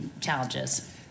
challenges